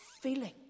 feeling